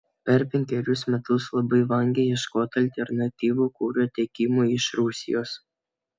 per penkerius metus labai vangiai ieškota alternatyvų kuro tiekimui iš rusijos